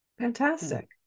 Fantastic